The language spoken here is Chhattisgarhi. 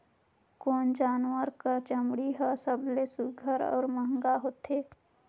कोन जानवर कर चमड़ी हर सबले सुघ्घर और महंगा होथे?